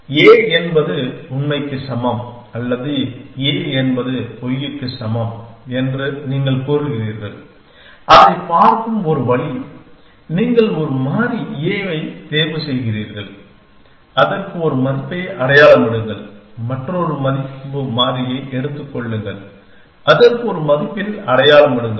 A என்பது உண்மைக்கு சமம் அல்லது A என்பது பொய்யுக்கு சமம் என்று நீங்கள் கூறுகிறீர்கள் அதைப் பார்க்கும் ஒரு வழி நீங்கள் ஒரு மாறி A ஐத் தேர்வுசெய்கிறீர்கள் அதற்கு ஒரு மதிப்பை அடையாளமிடுங்கள் மற்றொரு மதிப்பு மாறியை எடுத்துக் கொள்ளுங்கள் அதற்கு ஒரு மதிப்பில் அடையாளமிடுங்கள்